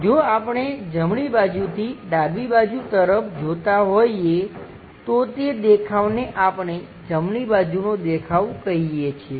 જો આપણે જમણી બાજુથી ડાબી બાજુ તરફ જોતા હોઈએ તો તે દેખાવને આપણે જમણી બાજુનો દેખાવ કહીએ છીએ